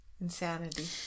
Insanity